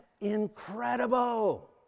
incredible